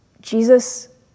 Jesus